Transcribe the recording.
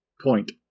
point